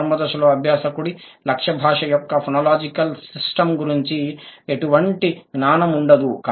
ప్రారంభ దశలో అభ్యాసకుడికి లక్ష్య భాష యొక్క ఫోనోలాజికల్ సిస్టమ్ గురించి ఎటువంటి జ్ఞానం ఉండదు